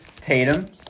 Tatum